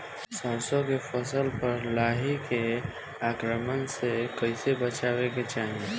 सरसो के फसल पर लाही के आक्रमण से कईसे बचावे के चाही?